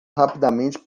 rapidamente